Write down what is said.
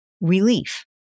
relief